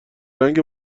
رنگ